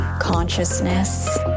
consciousness